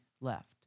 left